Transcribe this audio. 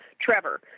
Trevor